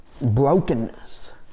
brokenness